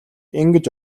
ингэж